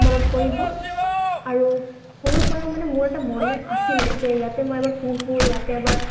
মনত পৰিব আৰু সৰুৰ পৰাই মানে মোৰ এটা মনত আছিলে যে ইয়াতে মই এবাৰ পঢ়োঁ ইয়াতে এবাৰ